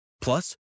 Plus